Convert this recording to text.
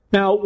Now